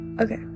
okay